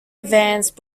advanced